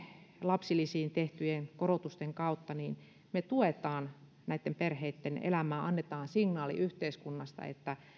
lapsilisiin tehtyjen korotusten kautta me tuemme näitten perheitten elämää annetaan signaali yhteiskunnasta että